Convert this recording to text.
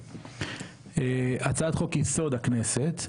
הצעת חוק יסוד הכנסת,